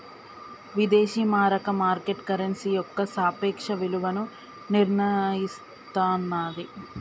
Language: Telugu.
విదేశీ మారక మార్కెట్ కరెన్సీ యొక్క సాపేక్ష విలువను నిర్ణయిస్తన్నాది